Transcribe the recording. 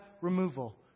removal